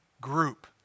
group